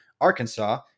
arkansas